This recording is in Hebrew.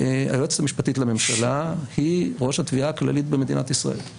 היועצת המשפטית לממשלה היא ראש התביעה הכללית במדינת ישראל.